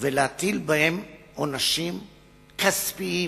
ולהטיל בהן עונשים כספיים,